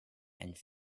and